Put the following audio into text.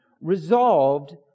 resolved